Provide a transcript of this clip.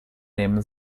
nehmen